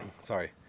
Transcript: Sorry